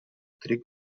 три